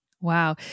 Wow